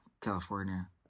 California